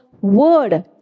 word